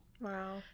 Wow